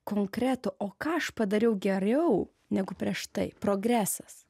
konkretų o ką aš padariau geriau negu prieš tai progresas